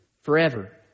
forever